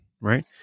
right